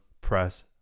Press